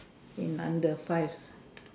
in under five